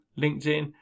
LinkedIn